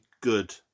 good